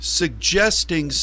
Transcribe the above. suggesting